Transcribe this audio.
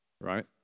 right